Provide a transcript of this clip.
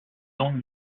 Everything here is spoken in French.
donc